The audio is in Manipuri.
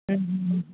ꯎꯝ